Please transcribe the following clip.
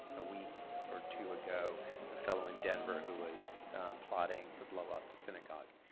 a week or two ago the fellow in denver who was plotting to blow up the synagogue.